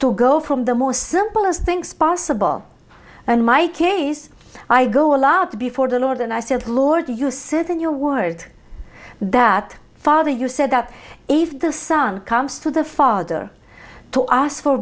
to go from the most simple as things possible and my case i go a lot before the lord and i said lord you sit in your word that father you said that if the son comes to the father to us for